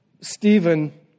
Stephen